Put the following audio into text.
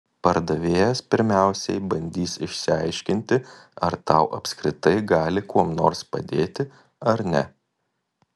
pardavėjas pirmiausiai bandys išsiaiškinti ar tau apskritai gali kuom nors padėti ar ne